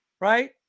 right